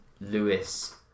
Lewis